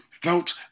felt